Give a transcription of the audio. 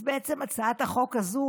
הצעת החוק הזו,